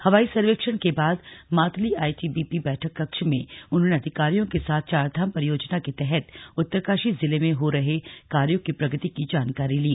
हवाई सर्वेक्षण के बाद मातली आईटीबीपी बैठक कक्ष में उन्होंने अधिकारियों के साथ चारधाम परियोजना के तहत उत्तरकाशी जिले में हो रहे कार्यों की प्रगति की जानकारी ली